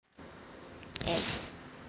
at